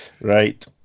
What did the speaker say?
right